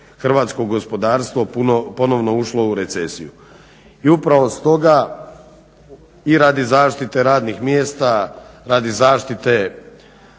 hrvatsko gospodarstvo ponovno ušlo u recesiju. I upravo stoga, i radi zaštite radnih mjesta, radi zaštite